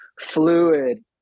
fluid